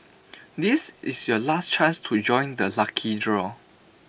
this is your last chance to join the lucky draw